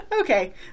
Okay